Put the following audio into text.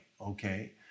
okay